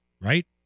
right